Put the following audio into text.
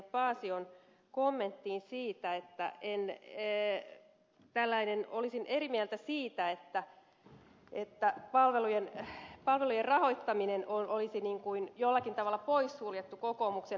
paasion kommentteihin siitä että olisin eri mieltä siitä että palvelujen rahoittaminen olisi jollakin tavalla poissuljettu kokoomuksen ohjelmassa